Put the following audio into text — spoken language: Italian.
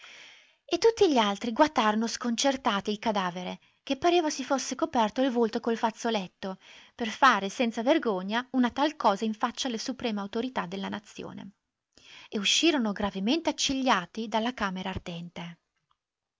e tutti gli altri guatarono sconcertati il cadavere che pareva si fosse coperto il volto col fazzoletto per fare senza vergogna una tal cosa in faccia alle supreme autorità della nazione e uscirono gravemente accigliati dalla camera ardente